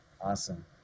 Awesome